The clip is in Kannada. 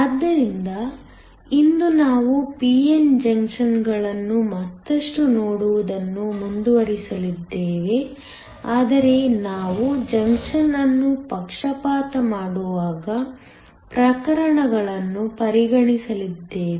ಆದ್ದರಿಂದ ಇಂದು ನಾವು p n ಜಂಕ್ಷನ್ಗಳನ್ನು ಮತ್ತಷ್ಟು ನೋಡುವುದನ್ನು ಮುಂದುವರಿಸಲಿದ್ದೇವೆ ಆದರೆ ನಾವು ಜಂಕ್ಷನ್ ಅನ್ನು ಪಕ್ಷಪಾತ ಮಾಡುವಾಗ ಪ್ರಕರಣಗಳನ್ನು ಪರಿಗಣಿಸಲಿದ್ದೇವೆ